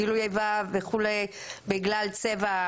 גילוי איבה וכו' בגלל צבע,